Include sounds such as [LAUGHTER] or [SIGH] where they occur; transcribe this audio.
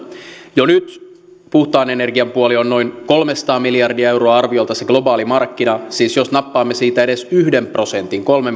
jo nyt puhtaan energian puoli on noin kolmesataa miljardia euroa arviolta se globaali markkina siis jos nappaamme siitä edes yhden prosentin kolme [UNINTELLIGIBLE]